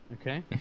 Okay